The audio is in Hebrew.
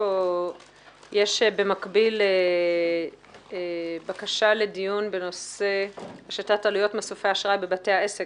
יש במקביל בקשה לדיון בנושא השתת עלויות מסופי אשראי בבתי העסק